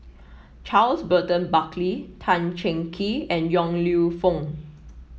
Charles Burton Buckley Tan Cheng Kee and Yong Lew Foong